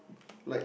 like